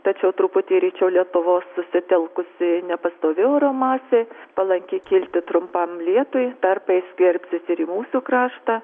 tačiau truputį ryčiau lietuvos susitelkusi nepastovi oro masė palanki kilti trumpam lietui tarpais skverbsis ir į mūsų kraštą